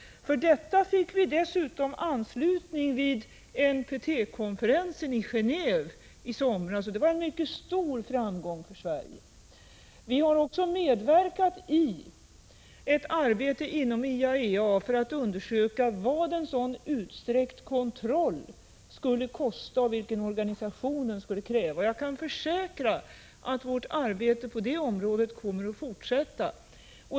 För detta fick vi dessutom anslutning vid NPT-konferensen i Gen&ve i somras. Det var en mycket stor framgång för Sverige. Vi har också medverkat i ett arbete inom IAEA för att undersöka vad en sådan utsträckt kontroll skulle kosta och vilken organisation den skulle kräva. Jag kan 69 försäkra att vårt arbete på det området kommer att fortsätta.